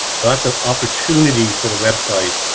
sothat's an opportunity for the website